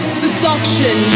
seduction